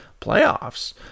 playoffs